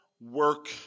work